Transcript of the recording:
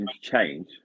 change